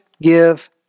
give